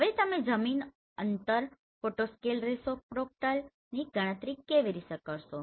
હવે તમે જમીન અંતર ફોટો સ્કેલ રેસોપ્રોકલની ગણતરી કેવી રીતે કરશો